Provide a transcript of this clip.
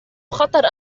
خطر